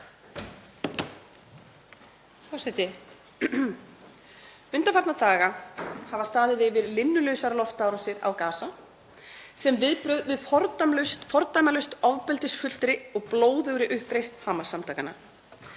Forseti. Undanfarna daga hafa staðið yfir linnulausar loftárásir á Gaza sem viðbrögð við fordæmalausri, ofbeldisfullri og blóðugri uppreisn Hamas-samtakanna.